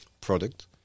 product